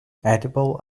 edible